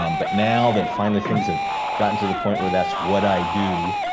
um but now that finally things have gotten to the point where that's what i do.